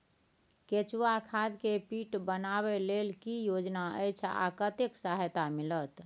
केचुआ खाद के पीट बनाबै लेल की योजना अछि आ कतेक सहायता मिलत?